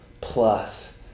plus